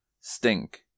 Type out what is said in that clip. stink